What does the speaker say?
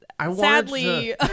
sadly